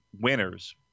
winners